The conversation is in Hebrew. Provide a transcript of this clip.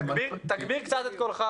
תגביר קצת את קולך,